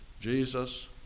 Jesus